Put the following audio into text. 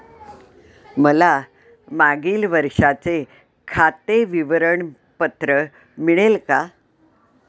मला मागील वर्षाचे खाते विवरण पत्र मिळेल का?